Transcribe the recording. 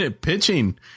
Pitching